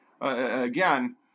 again